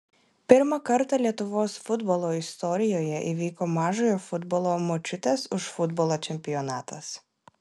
pirmą kartą lietuvos futbolo istorijoje įvyko mažojo futbolo močiutės už futbolą čempionatas